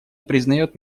признает